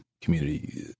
community